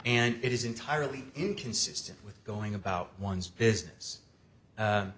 and it is entirely inconsistent with going about one's business